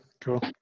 cool